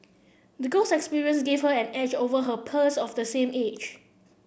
the girl's experience gave her an edge over her peers of the same age